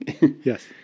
Yes